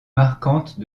marquantes